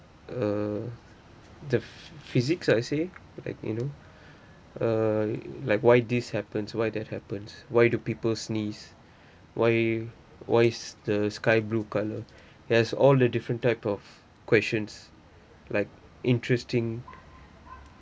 uh the physics I say like you know uh like why this happens why that happens why do people sneeze why why is the sky blue color has all the different type of questions like interesting